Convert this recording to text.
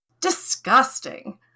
Disgusting